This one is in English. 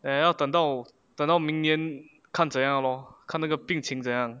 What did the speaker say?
then 要等到等到看怎样 lor 看那个病情怎样